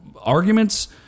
arguments